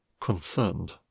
concerned